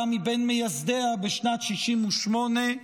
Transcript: היה מבין מייסדיה בשנת 1968,